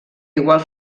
igual